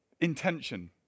intention